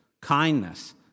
kindness